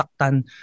saktan